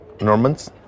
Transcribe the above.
Normans